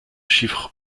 chiffre